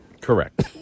Correct